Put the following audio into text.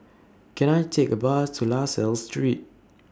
Can I Take A Bus to La Salle Street